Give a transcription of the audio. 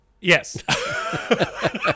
Yes